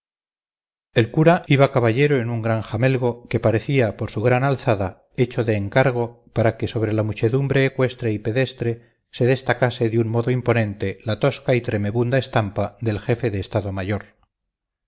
el cura iba caballero en un gran jamelgo que parecía por su gran alzada hecho de encargo para que sobre la muchedumbre ecuestre y pedestre se destacase de un modo imponente la tosca y tremebunda estampa del jefe de estado mayor